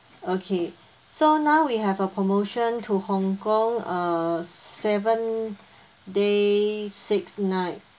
okay so now we have a promotion to hong kong uh seven day six night